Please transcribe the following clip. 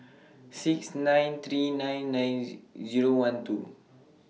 six nine three nine nine Z Zero one two